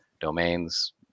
domains